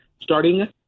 starting